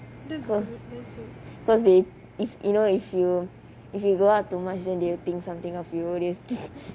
because because they if you know if you if you go out too much then they will think something of you they will think